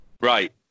Right